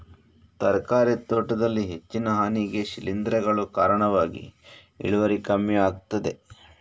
ತರಕಾರಿ ತೋಟದಲ್ಲಿ ಹೆಚ್ಚಿನ ಹಾನಿಗೆ ಶಿಲೀಂಧ್ರಗಳು ಕಾರಣವಾಗಿ ಇಳುವರಿ ಕಮ್ಮಿ ಆಗ್ತದೆ